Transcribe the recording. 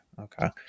Okay